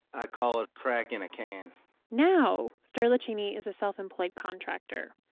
i call it crack in a can now, sterlachini is a self-employed contractor,